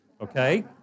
okay